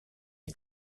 les